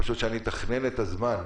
כדי שאתכנן את הזמן?